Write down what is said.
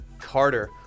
Carter